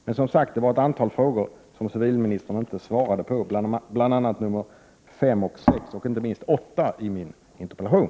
Det var alltså ett antal frågor som civilministern inte svarade på, bl.a. nr 5 och 6 och inte minst nr 8 i min interpellation.